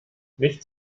nicht